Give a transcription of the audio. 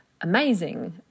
Amazing